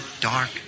dark